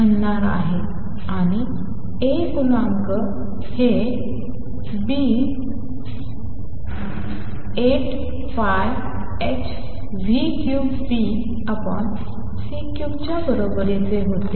म्हणणार आहे आणि A गुणांक A हे8πh3Bc3 च्या बरोबरीचे होते